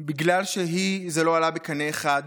בגלל שזה לא עלה בקנה אחד